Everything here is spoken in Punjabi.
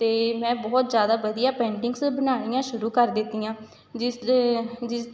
ਅਤੇ ਮੈਂ ਬਹੁਤ ਜ਼ਿਆਦਾ ਵਧੀਆ ਪੇਂਟਿੰਗਸ ਬਣਾਉਣੀਆਂ ਸ਼ੁਰੂ ਕਰ ਦਿੱਤੀਆਂ ਜਿਸ ਜਿਸ